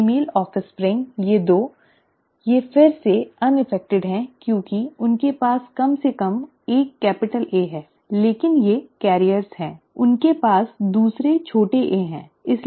female offspring ये 2 वे फिर से अप्रभावित हैं क्योंकि उनके पास कम से कम एक कैपिटल A है लेकिन वे वाहक हैं उनके पास दूसरे छोटे a हैं सही है